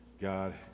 God